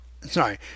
sorry